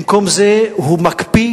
במקום זה הוא מקפיא